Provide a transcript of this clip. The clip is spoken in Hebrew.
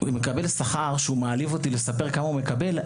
הוא מקבל שכר שמעליב אותי לספר כמה הוא מקבל.